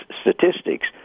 statistics